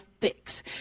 fix